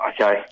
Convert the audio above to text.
Okay